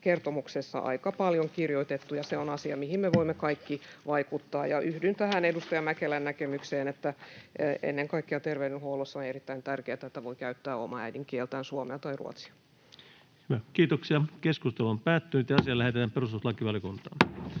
kielikertomuksessa aika paljon kirjoitettu, ja se on asia, mihin me voimme kaikki vaikuttaa. Ja yhdyn tähän edustaja Mäkelän näkemykseen, että ennen kaikkea terveydenhuollossa on erittäin tärkeätä, että voi käyttää omaa äidinkieltään, suomea tai ruotsia. Ainoaan käsittelyyn esitellään päiväjärjestyksen